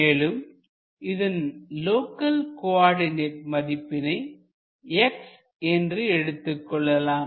மேலும் இதன் local coordinate மதிப்பினை x என்று எடுத்துக்கொள்ளலாம்